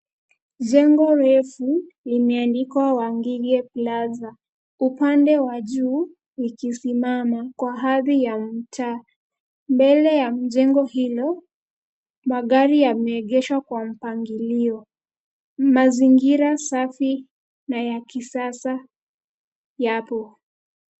Jengo refu limeandikwa Wangige Plaza upande wa juu ikisimama kwa ari ya mtaa. Mbele ya mjengo hilo magari yameegeshwa kwa mpangilio, mazingira safi na ya kisasa yapo.